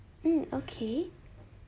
mm okay